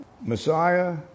Messiah